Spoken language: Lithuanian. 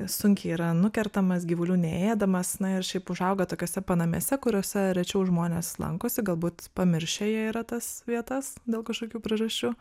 sunkiai yra nukertamas gyvulių neėdamas na ir šiaip užauga tokiose panamėse kuriose rečiau žmonės lankosi galbūt pamiršę jie yra tas vietas dėl kažkokių priežasčių